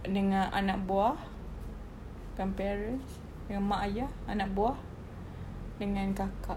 dengan anak buah dengan parents dengan mak ayah anak buah dengan kakak